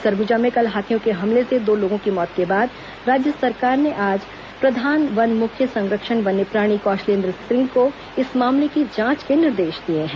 सरगुजा में कल हाथियों के हमले से दो लोगों की मौत के बाद राज्य सरकार ने आज प्रधान वन मुख्य संरक्षण वन्यप्राणी कौशलेन्द्र सिंह को इस मामले की जांच के निर्देश दिए हैं